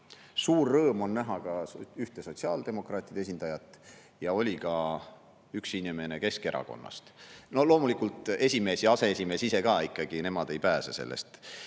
Suur rõõm on näha ka ühte sotsiaaldemokraatide esindajat ja oli ka üks inimene Keskerakonnast. Ning loomulikult esimees ja aseesimees ise ka, nemad ei pääse sellest.